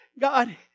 God